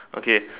okay